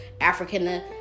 african